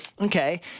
Okay